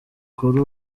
kuri